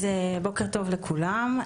בוקר טוב לכולם.